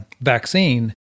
vaccine